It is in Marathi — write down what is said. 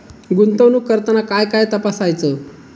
गुंतवणूक करताना काय काय तपासायच?